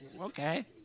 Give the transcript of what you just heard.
okay